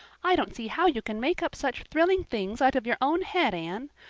i don't see how you can make up such thrilling things out of your own head, anne.